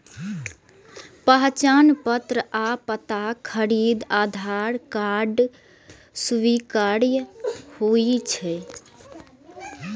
पहचान पत्र आ पता खातिर आधार कार्ड स्वीकार्य होइ छै